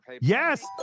yes